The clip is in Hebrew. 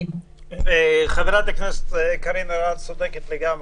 חברת הכנסת אלהרר צודקת לגמרי,